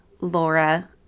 Laura